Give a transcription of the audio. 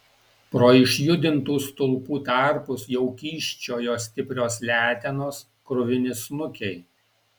pro išjudintų stulpų tarpus jau kyščiojo stiprios letenos kruvini snukiai